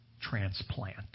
transplant